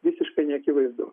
visiškai neakivaizdu